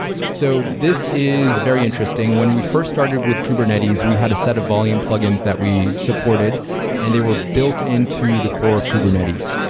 so this is very interesting. when we first started with kubernetes, we had a set of volume plug-ins that we supported and they were built into the core of kubernetes.